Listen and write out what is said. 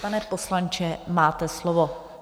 Pane poslanče, máte slovo.